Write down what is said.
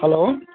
hello